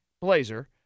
blazer